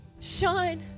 shine